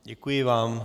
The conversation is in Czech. Děkuji vám.